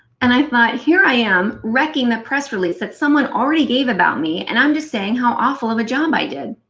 and i thought here i am wrecking the press release that somebody already gave about me and i'm saying how awful of a job i did.